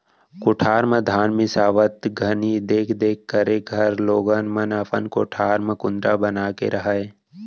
कोठार म धान मिंसावत घनी देख देख करे घर लोगन मन अपन कोठारे म कुंदरा बना के रहयँ